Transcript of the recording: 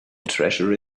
treasure